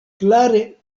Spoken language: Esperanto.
klare